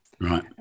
Right